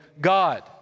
God